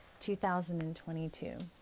2022